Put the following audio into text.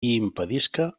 impedisca